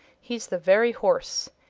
he's the very horse.